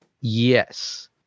Yes